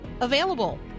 available